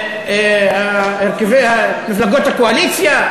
על מפלגות הקואליציה,